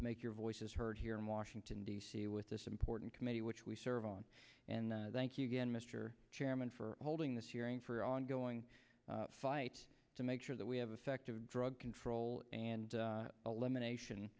to make your voices heard here in washington d c with this important committee which we serve on and thank you again mr chairman for holding this hearing for ongoing fight to make sure that we have effective drug control and a limb a nation